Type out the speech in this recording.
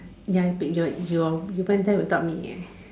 ya your you went there without me eh